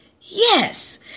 yes